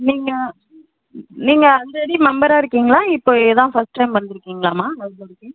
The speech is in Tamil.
நீங்கள் நீங்கள் ஆல்ரெடி மெம்பராக இருக்கீங்களா இப்போ இதான் ஃபஸ்ட் டைம் வந்துருக்கீங்களாம்மா லைப்ரரிக்கு